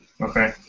Okay